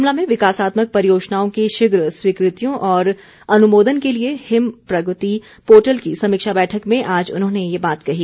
शिमला में विकासात्मक परियोजनाओं की शीघ्र स्वीकृतियों और अनुमोदन के लिए हिम प्रगति पोर्टल की समीक्षा बैठक में आज उन्होंने ये बात कही